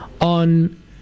on